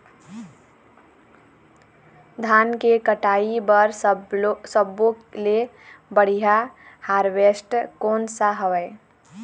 धान के कटाई बर सब्बो ले बढ़िया हारवेस्ट कोन सा हवए?